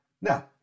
Now